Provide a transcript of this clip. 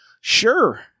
Sure